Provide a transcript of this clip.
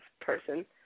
person